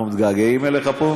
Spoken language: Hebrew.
אנחנו מתגעגעים אליך פה,